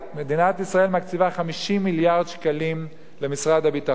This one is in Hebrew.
מדינת ישראל מקציבה 50 מיליארד שקלים למשרד הביטחון.